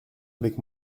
avec